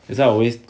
that's why I alway